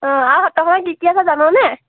অঁ আৰু কি কি আছে জানানে